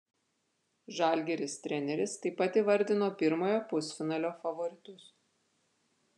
žalgiris treneris taip pat įvardino pirmojo pusfinalio favoritus